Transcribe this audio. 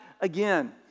again